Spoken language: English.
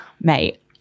mate